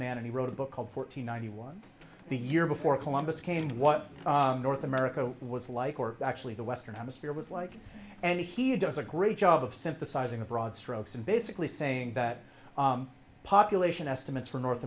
man and he wrote a book called fourteen ninety one the year before columbus came and what north america was like or actually the western hemisphere was like and he does a great job of synthesizing a broad strokes and basically saying that population estimates for north